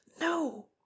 No